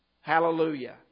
Hallelujah